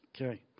Okay